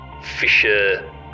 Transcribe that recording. Fisher